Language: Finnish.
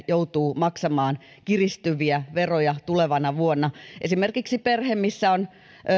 joutuu maksamaan kiristyviä veroja tulevana vuonna esimerkiksi perheessä missä